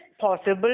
possible